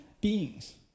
beings